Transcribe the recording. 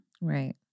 Right